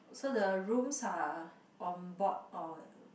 so the rooms are on board or